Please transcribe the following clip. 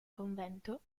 convento